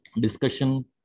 discussion